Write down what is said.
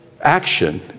action